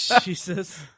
Jesus